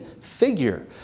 figure